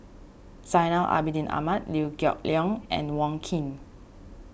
Zainal Abidin Ahmad Liew Geok Leong and Wong Keen